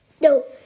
No